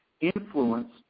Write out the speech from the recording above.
influence